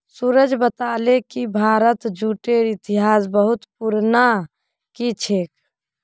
सूरज बताले कि भारतत जूटेर इतिहास बहुत पुनना कि छेक